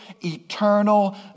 eternal